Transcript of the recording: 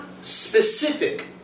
specific